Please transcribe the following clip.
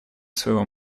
своего